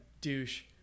douche